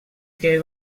que